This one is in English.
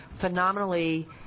phenomenally